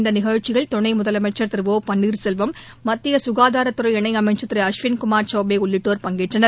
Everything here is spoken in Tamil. இந்தநிகழ்ச்சியில் துணைமுதலமைச்சர் பன்னீர்செல்வம் மத்தியசுகாதாரத்துறை திரு இணைஅமைச்சர் திரு அஸ்வினிகுமார் சௌபேஉள்ளிட்டோர் பங்கேற்றனர்